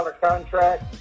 contract